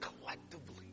collectively